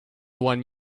one